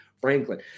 Franklin